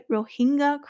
Rohingya